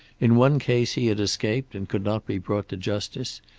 in one case he had escaped and could not be brought to justice,